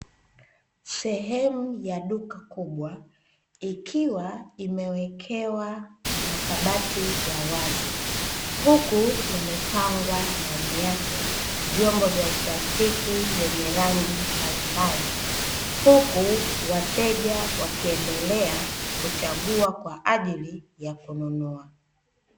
Sehemu ya duka kubwa ikiwa imewekewa makabati ya wazi, huku yamepangwa ndani yake vyombo vya plastiki vyenye rangi mbalimbali. Huku wateja wakiendelea kuchagua kwaajili ya kununua.